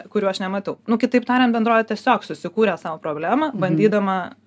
kurių aš nematau nu kitaip tariant bendrovė tiesiog susikūrė sau problemą bandydama